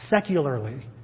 secularly